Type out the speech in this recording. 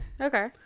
Okay